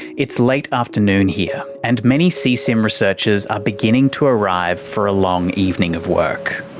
it's late afternoon here, and many seasim researchers are beginning to arrive for a long evening of work.